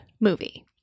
movie